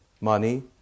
money